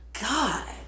god